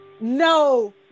No